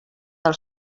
del